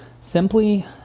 Simply